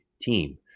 team